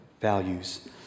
values